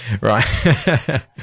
right